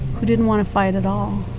who didn't want to fight at all.